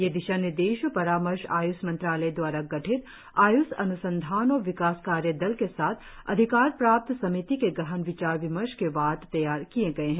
यह दिशा निर्देश और परामर्श आय्ष मंत्रालय दवारा गठित आय्ष अन्संधान और विकास कार्य दल के साथ अधिकार प्राप्त समिति के गहन विचार विमर्श के बाद तैयार किए गए हैं